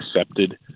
accepted